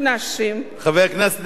חבר הכנסת איתן כבל,